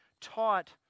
taught